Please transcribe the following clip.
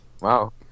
Wow